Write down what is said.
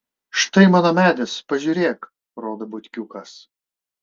štai mano medis pažiūrėk rodo butkiukas